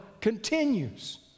continues